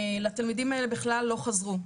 להורים של התלמידים האלה בכלל לא חזרו,